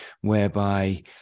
whereby